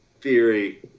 theory